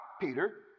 Peter